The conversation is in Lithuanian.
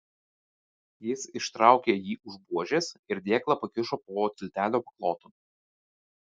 jis ištraukė jį už buožės ir dėklą pakišo po tiltelio paklotu